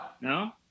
No